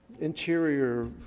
interior